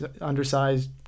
undersized